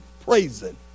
Praising